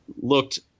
Looked